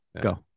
Go